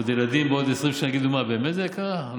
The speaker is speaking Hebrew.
ילדים בעוד 20 שנה יגידו: מה, באמת זה קרה?